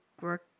work